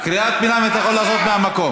קריאת ביניים אתה יכול לעשות מהמקום.